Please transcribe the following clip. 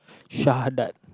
Shahalat